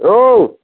औ